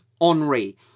Henri